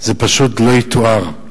זה פשוט לא יתואר.